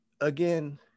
again